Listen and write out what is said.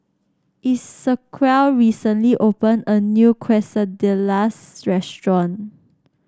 Esequiel recently opened a new Quesadillas restaurant